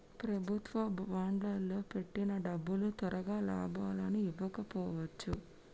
ప్రభుత్వ బాండ్లల్లో పెట్టిన డబ్బులు తొరగా లాభాలని ఇవ్వకపోవచ్చు